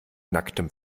nacktem